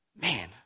man